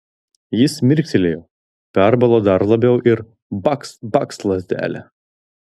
jis mirktelėjo perbalo dar labiau ir bakst bakst lazdele